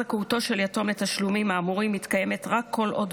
זכאותו של יתום לתשלומים האמורים מתקיימת רק כל עוד